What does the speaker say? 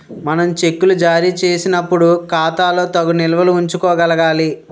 మనం చెక్కులు జారీ చేసినప్పుడు ఖాతాలో తగు నిల్వలు ఉంచుకోగలగాలి